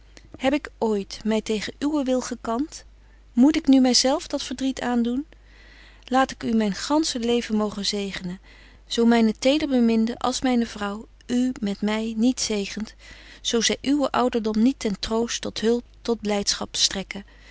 heb ik ooit my tegen uwen wil gekant moet ik nu my zelf dat verdriet aandoen laat ik u myn gansche leven mogen zegenen zo myne tederbeminde als myne vrouw u met my niet zegent zo zy uwen ouderdom niet ten troost tot hulp tot blydschap strekke